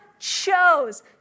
chose